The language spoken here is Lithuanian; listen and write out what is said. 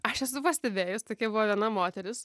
aš esu pastebėjus tokia buvo viena moteris